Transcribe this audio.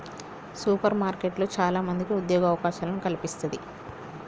super మార్కెట్లు చాల మందికి ఉద్యోగ అవకాశాలను కల్పిస్తంది